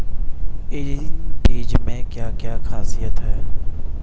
इन बीज में क्या क्या ख़ासियत है?